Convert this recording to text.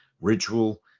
ritual